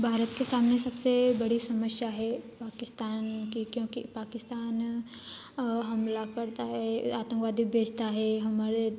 भारत के सामने सबसे बड़ी समस्या है पाकिस्तान की क्योंकी पाकिस्तान हमला करता है आतंकवादी भेजता है हमारे